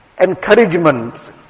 encouragement